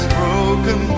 broken